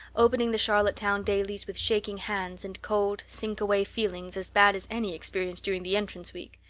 opening the charlottetown dailies with shaking hands and cold, sinkaway feelings as bad as any experienced during the entrance week.